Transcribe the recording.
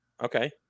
Okay